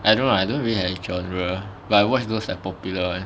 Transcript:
I don't know I don't really like genre but I watch those like popular ones